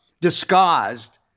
disguised